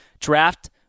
draft